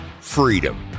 freedom